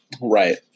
Right